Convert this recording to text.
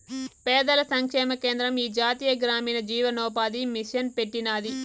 పేదల సంక్షేమ కేంద్రం ఈ జాతీయ గ్రామీణ జీవనోపాది మిసన్ పెట్టినాది